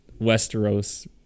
Westeros